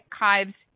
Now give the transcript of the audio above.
archives